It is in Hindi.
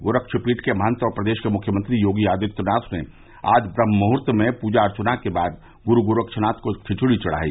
गोरक्षपीठ के महन्त और प्रदेश के मुख्यमंत्री योगी आदित्यनाथ ने आज ब्रम्हमुहर्त में पूजा अर्चना के बाद गुरू गोरक्षनथ को खिचड़ी चढ़ाई